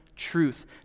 truth